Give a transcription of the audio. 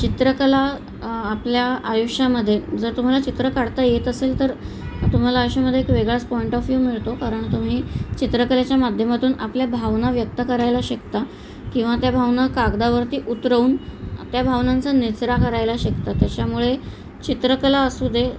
चित्रकला आपल्या आयुष्यामध्ये जर तुम्हाला चित्र काढता येत असेल तर तुम्हाला आयुष्यामध्ये एक वेगळाच पॉईंट ऑफ व्ह्यू मिळतो कारण तुम्ही चित्रकलेच्या माध्यमातून आपल्या भावना व्यक्त करायला शिकता किंवा त्या भावना कागदावरती उतरवून त्या भावनांचा निचरा करायला शिकता त्याच्यामुळे चित्रकला असू दे